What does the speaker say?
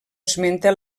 esmenta